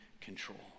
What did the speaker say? control